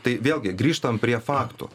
tai vėlgi grįžtam prie faktų